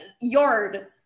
yard